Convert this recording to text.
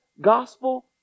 gospel